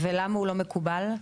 ולמה הוא לא מקובל?